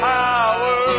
power